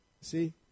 See